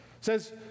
says